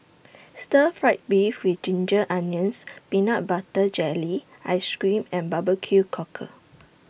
Stir Fried Beef with Ginger Onions Peanut Butter Jelly Ice Cream and Barbecue Cockle